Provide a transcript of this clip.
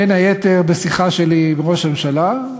בין היתר בשיחה שלי עם ראש הממשלה,